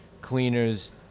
cleaners